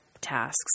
tasks